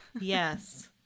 Yes